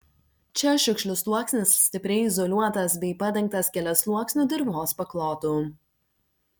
čia šiukšlių sluoksnis stipriai izoliuotas bei padengtas keliasluoksniu dirvos paklotu